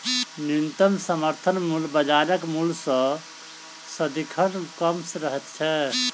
न्यूनतम समर्थन मूल्य बाजारक मूल्य सॅ सदिखन कम रहैत छै